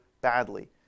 badly